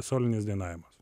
solinis dainavimas